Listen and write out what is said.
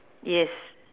yes